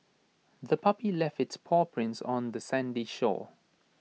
the puppy left its paw prints on the sandy shore